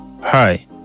Hi